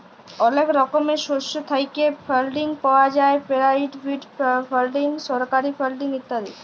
অলেক রকমের সোর্স থ্যাইকে ফাল্ডিং পাউয়া যায় পেরাইভেট ফাল্ডিং, সরকারি ফাল্ডিং ইত্যাদি